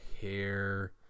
hair